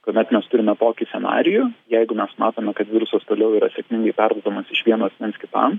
kuomet mes turime tokį scenarijų jeigu mes matome kad virusas toliau yra sėkmingai perduodamas iš vieno asmens kitam